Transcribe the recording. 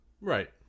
Right